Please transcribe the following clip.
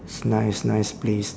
it's a nice nice place